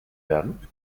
werden